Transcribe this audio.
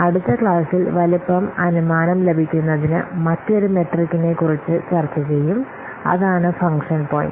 അടുത്ത ക്ലാസിൽ വലിപ്പം അനുമാനം ലഭിക്കുന്നതിന് മറ്റൊരു മെട്രികിനെ കുറിച്ച് ചർച്ച ചെയ്യും അതാണ് ഫങ്ങ്ഷൻ പോയിന്റ്